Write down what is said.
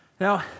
Now